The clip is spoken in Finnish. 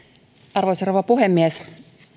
arvoisa rouva puhemies